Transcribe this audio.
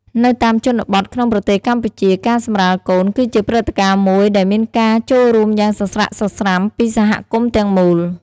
នៅតាមជនបទក្នុងប្រទេសកម្ពុជា ការសម្រាលកូនគឺជាព្រឹត្តិការណ៍មួយដែលមានការចូលរួមយ៉ាងសស្រាក់សស្រាំពីសហគមន៍ទាំងមូល។